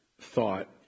thought